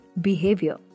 behavior